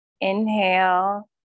inhale